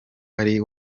ari